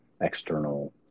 external